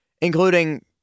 Including